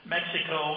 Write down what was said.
Mexico